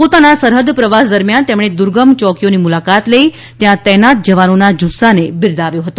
પોતાના સરહદ પ્રવાસ દરમ્યાન તેમને દુર્ગમ ચોકીઓની મુલાકાત લઈ ત્યાં તૈનાત જવાનોના જુસ્સાને બિરદાવ્યો હતો